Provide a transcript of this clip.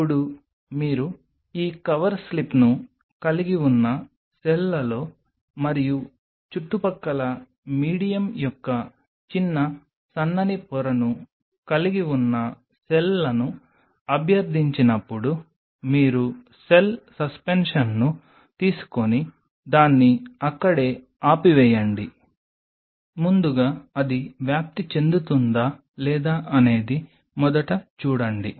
ఇప్పుడు మీరు ఈ కవర్ స్లిప్ను కలిగి ఉన్న సెల్లలో మరియు చుట్టుపక్కల మీడియం యొక్క చిన్న సన్నని పొరను కలిగి ఉన్న సెల్లను అభ్యర్థించినప్పుడు మీరు సెల్ సస్పెన్షన్ను తీసుకుని దాన్ని అక్కడే ఆపివేయండి ముందుగా అది వ్యాప్తి చెందుతుందా లేదా అనేది మొదట చూడండి